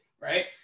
right